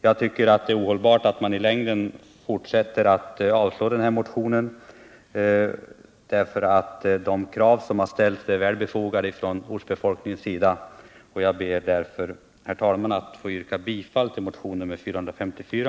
Jag tycker att det är ohållbart att i längden fortsätta att avstyrka den här motionen, eftersom de krav som har ställts från ortbefolkningens sida är väl befogade. Jag ber, herr talman, att få yrka bifall till motionen 454.